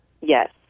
Yes